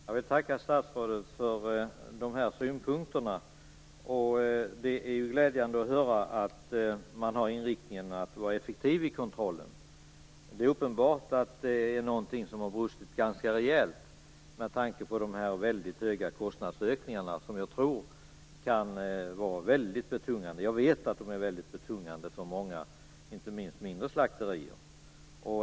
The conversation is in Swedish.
Fru talman! Jag vill tacka statsrådet för dessa synpunkter. Det är glädjande att höra att inriktningen är att kontrollen skall vara effektiv. Det är uppenbart att det är någonting som har brustit ganska rejält med tanke på de väldigt stora kostnadsökningarna, som jag tror kan vara mycket betungande. Jag vet att de är betungande för många inte minst mindre slakterier.